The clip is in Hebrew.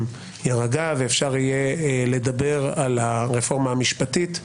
יירגע ואפשר יהיה לדבר על הרפורמה המשפטית,